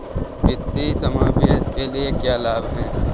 वित्तीय समावेशन के क्या लाभ हैं?